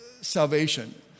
salvation